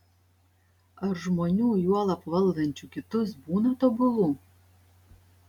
ar žmonių juolab valdančių kitus būna tobulų